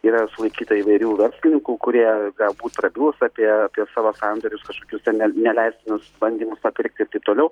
yra sulaikyta įvairių verslininkų kurie galbūt prabils apie savo sandorius kažkokius ten ne neleistinus bandymus papirkti ir taip toliau